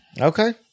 Okay